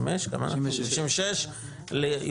יותר